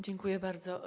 Dziękuję bardzo.